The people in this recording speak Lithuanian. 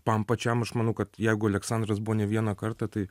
man pačiam aš manau kad jeigu aleksandras buvo ne vieną kartą tai